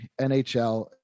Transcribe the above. NHL